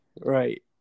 Right